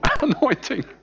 Anointing